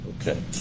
Okay